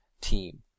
team